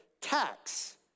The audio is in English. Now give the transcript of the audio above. tax